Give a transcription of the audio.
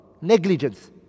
Negligence